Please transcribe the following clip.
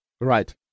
Right